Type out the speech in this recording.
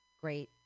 Great